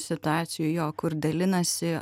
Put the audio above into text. situacijų jo kur dalinasi